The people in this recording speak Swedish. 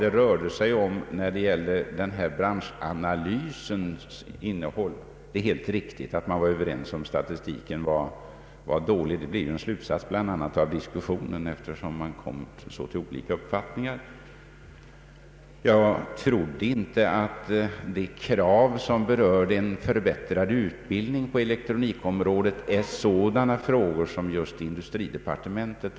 Jag skall inte gå in i detalj på vad denna branschanalys innehöll. Det är helt riktigt att man var överens om att statistiken var dålig — det blir en slutsats av bland annat diskussionen, eftersom man kom till mycket olika uppfattningar. Jag trodde inte att de krav som berör en förbättrad utbildning på elektronikområdet är sådant som uppmärksammas just av industridepartementet.